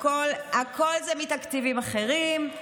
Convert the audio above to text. הכול זה מתקציבים אחרים.